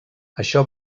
això